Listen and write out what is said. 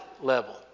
level